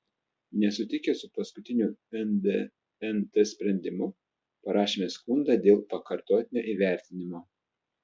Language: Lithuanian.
nesutikę su paskutiniu ndnt sprendimu parašėme skundą dėl pakartotinio įvertinimo